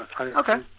Okay